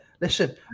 listen